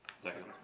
Second